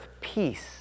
peace